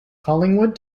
collingwood